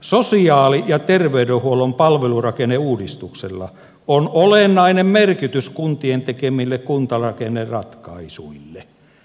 sosiaali ja terveydenhuollon palvelurakenneuudistuksella on olennainen merkitys kuntien tekemille kuntarakenneratkaisuille